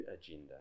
agenda